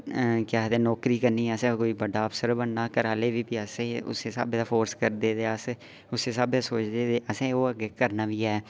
केह् आखदे नौकरी बी करनी आसें बड्डा अफ्सर बनना घरै आह्ले बी असें उस्सै स्हाबै दा फोर्स करदे ते अस उस्सै स्हाबै दा सोचदे असें ओह् किश करना बी ऐ